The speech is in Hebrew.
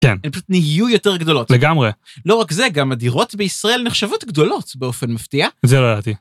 כן. הן פשוט נהיו יותר גדולות. לגמרי. לא רק זה, גם הדירות בישראל נחשבות גדולות באופן מפתיע. את זה לא ידעתי.